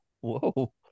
Whoa